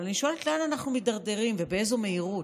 אבל אני שואלת: לאן אנחנו מידרדרים ובאיזו מהירות?